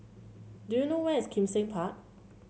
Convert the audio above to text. do you know where is Kim Seng Park